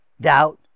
doubt